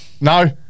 No